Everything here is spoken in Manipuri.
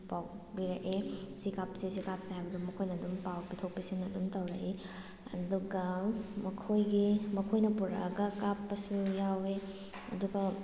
ꯄꯥꯎ ꯄꯤꯔꯛꯏ ꯁꯤ ꯀꯥꯞꯁꯤ ꯁꯤ ꯀꯥꯞꯁꯤ ꯍꯥꯏꯕꯗꯣ ꯃꯈꯣꯏꯅ ꯑꯗꯨꯝ ꯄꯥꯎ ꯄꯤꯊꯣꯛ ꯄꯤꯁꯤꯟ ꯑꯗꯨꯝ ꯇꯧꯔꯛꯏ ꯑꯗꯨꯒ ꯃꯈꯣꯏꯒꯤ ꯃꯈꯣꯏꯅ ꯄꯨꯔꯛꯑꯒ ꯀꯥꯞꯄꯁꯨ ꯌꯥꯎꯑꯦ ꯑꯗꯨꯒ